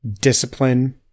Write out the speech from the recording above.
discipline